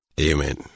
Amen